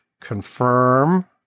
confirm